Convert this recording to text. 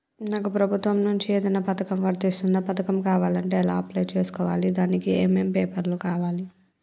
నాకు ప్రభుత్వం నుంచి ఏదైనా పథకం వర్తిస్తుందా? పథకం కావాలంటే ఎలా అప్లై చేసుకోవాలి? దానికి ఏమేం పేపర్లు కావాలి?